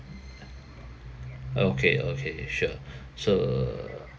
okay okay sure so